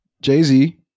Jay-Z